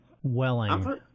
Welling